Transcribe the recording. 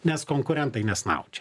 nes konkurentai nesnaudžia